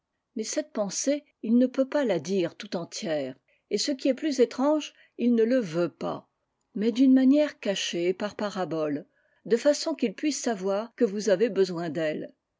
mais cette pensée il ne peut pas la dire tout entière et ce qui est plus étrange il ne le veut pas mais d'une manière cachée et par paraboles de façonqu'h puisse savoir que vous avez besoin d'elle